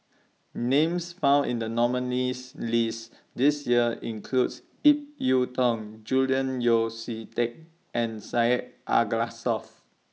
Names found in The nominees' list This Year includes Ip Yiu Tung Julian Yeo See Teck and Syed Alsagoff